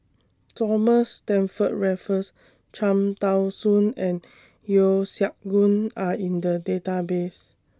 Thomas Stamford Raffles Cham Tao Soon and Yeo Siak Goon Are in The Database